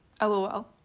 LOL